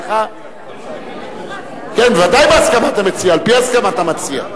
זה בוודאי בהסכמת המציע, על-פי הסכמת המציע.